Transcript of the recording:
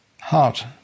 heart